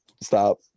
stop